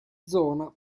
zona